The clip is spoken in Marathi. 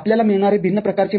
आपल्याला मिळणारे भिन्न प्रकारचे मापदंड